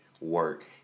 work